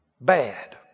Bad